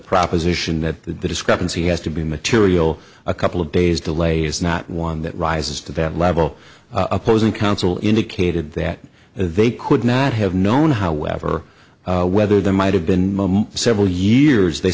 proposition that the discrepancy has to be material a couple of days delay is not one that rises to that level opposing counsel indicated that they could not have known however whether there might have been several years they